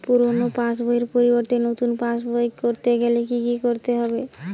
পুরানো পাশবইয়ের পরিবর্তে নতুন পাশবই ক রতে গেলে কি কি করতে হবে?